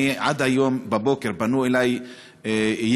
עד היום בבוקר פנו אלי יבואנים,